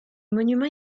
monument